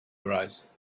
arise